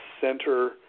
center